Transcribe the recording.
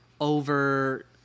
over